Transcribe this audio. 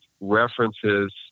references